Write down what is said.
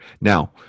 now